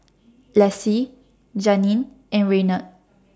Lessie Janeen and Raynard